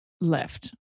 left